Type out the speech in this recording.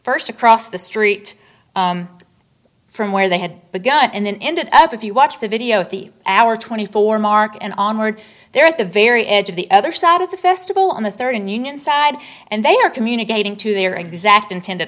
first across the street from where they had begun and then ended up if you watch the video of the hour twenty four mark and onward they're at the very edge of the other side of the festival on the third and union side and they are communicating to their exact intended